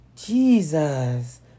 Jesus